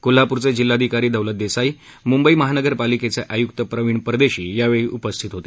कोल्हापूरचे जिल्हाधिकारी दौलत देसाई मुंबई महानगरपालिकेचे आय्क्त प्रवीण परदेशी यावेळी उपस्थित होते